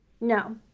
no